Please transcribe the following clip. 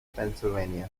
pennsylvania